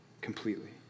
completely